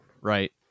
right